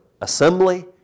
assembly